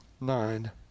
Nine